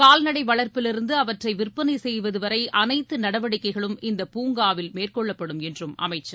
கால்நடை வளர்ப்பிலிருந்து அவற்றை விற்பனை செய்வது வரை அனைத்து நடவடிக்கைகளும் இந்த பூங்காவில் மேற்கொள்ளப்படும் என்றார்